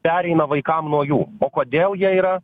pereina vaikam nuo jų o kodėl jie yra